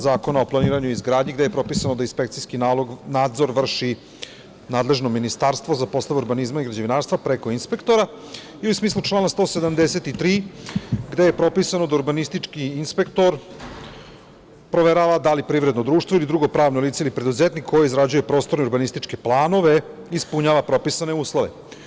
Zakona o planiranu i izgradnji, gde je propisano da inspekcijski nadzor vrši nadležno ministarstvo za poslove urbanizma i građevinarstva preko inspektora i u smislu člana 173, gde je propisano da urbanistički inspektor proverava da li privredno društvo ili drugo pravno lice ili preduzetnik koji izrađuje prostorne i urbanističke planove ispunjava propisane uslove.